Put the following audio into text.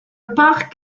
parc